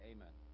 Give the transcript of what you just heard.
Amen